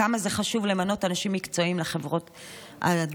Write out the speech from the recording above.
כמה זה חשוב למנות אנשים מקצועיים לחברות הדירקטוריות.